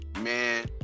man